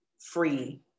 free